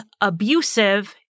abusive